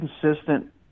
consistent